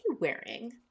wearing